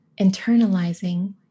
internalizing